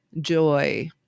joy